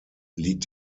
liegt